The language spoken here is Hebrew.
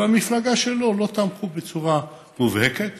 במפלגה שלו לא תמכו בצורה מובהקת